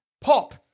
Pop